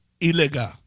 illegal